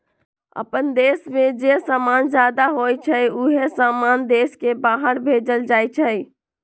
अप्पन देश में जे समान जादा होई छई उहे समान देश के बाहर भेजल जाई छई